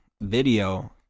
video